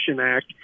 act